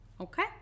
Okay